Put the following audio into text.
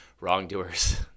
Wrongdoers